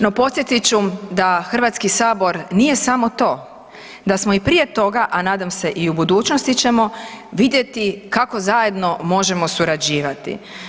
No podsjetit ću da Hrvatski sabor nije samo to, da smo i prije toga, a nadam se i u budućnosti ćemo vidjeti kako zajedno možemo surađivati.